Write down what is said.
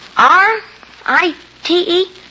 R-I-T-E